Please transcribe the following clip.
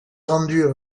rendue